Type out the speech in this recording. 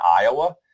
Iowa